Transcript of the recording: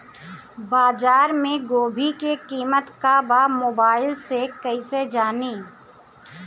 बाजार में गोभी के कीमत का बा मोबाइल से कइसे जानी?